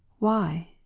why?